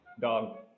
Dog